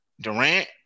Durant